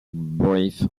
brief